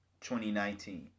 2019